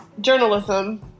journalism